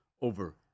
over